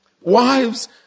Wives